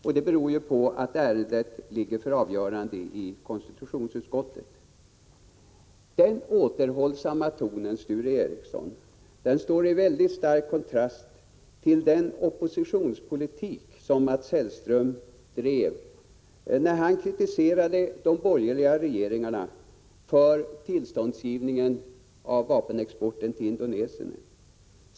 Det beror i sin tur på att ärendet föreligger för avgörande i konstitutionsutskottet. Den återhållsamma tonen, Sture Ericson, står i mycket stark kontrast till den oppositionspolitik som Mats Hellström drev, när han kritiserade de borgerliga regeringarna för tillståndsgivningen när det gällde vapenexporten till Indonesien.